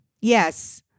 Yes